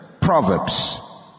Proverbs